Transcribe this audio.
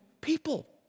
people